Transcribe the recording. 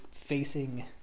facing